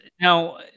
now